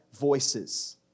voices